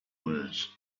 words